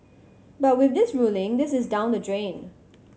but with this ruling this is down the drain